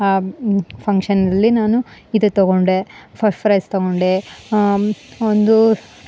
ಆ ಫಂಕ್ಷನಲ್ಲಿ ನಾನು ಇದೆ ತಗೊಂಡೆ ಫಫ್ ಫ್ರೈಝ್ ತಗೊಂಡೆ ಒಂದು